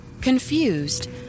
Confused